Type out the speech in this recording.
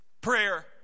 prayer